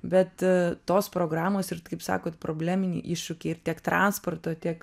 bet tos programos ir kaip sakot probleminiai iššūkiai ir tiek transporto tiek